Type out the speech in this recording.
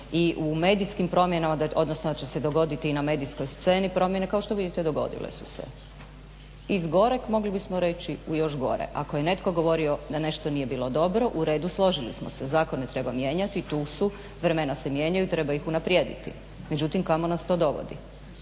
i u medijskim promjenama odnosno da će se dogoditi i na medijskoj sceni promjene, kao što vidite dogodile su se iz goreg mogli bismo reći u još gore. Ako je netko govorio da nešto nije bilo dobro, uredu složili smo se, zakone treba mijenjati, tu su, vremena se mijenjaju treba ih unaprijediti. Međutim kamo nas to dovodi?